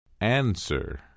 Answer